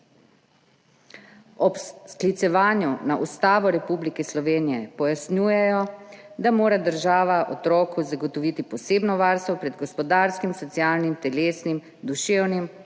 Ob sklicevanju na Ustavo Republike Slovenije pojasnjujejo, da mora država otroku zagotoviti posebno varstvo pred gospodarskim, socialnim, telesnim, duševnim